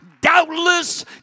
Doubtless